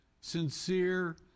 sincere